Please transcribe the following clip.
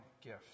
gift